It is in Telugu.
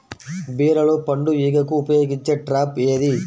బీరలో పండు ఈగకు ఉపయోగించే ట్రాప్ ఏది?